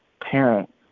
parent